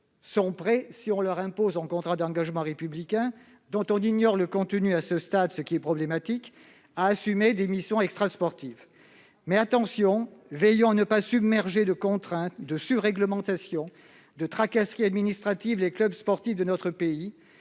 donc prêts, si on leur impose un contrat d'engagement républicain- dont on ignore le contenu à ce stade, ce qui est problématique -, à assumer des missions extrasportives. Évitons néanmoins de les submerger de contraintes, de surréglementations ou de tracasseries administratives. Nous sommes en effet